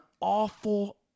awful